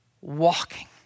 walking